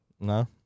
No